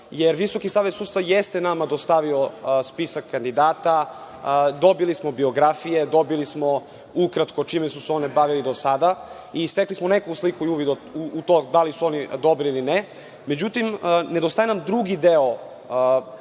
pristup sada jer VSS jeste nama dostavio spisak kandidata, dobili smo biografije, dobili smo ukratko čime su se oni bavili do sada i stekli smo neku sliku i uvid u to da li su oni dobri ili ne, međutim, nedostaje nam drugi deo informacija,